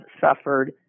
suffered